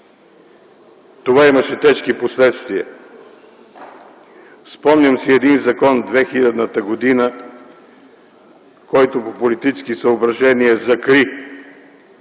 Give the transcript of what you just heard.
Това имаше тежки последствия. Спомням си един закон от 2000-та година, който по политически съображения закри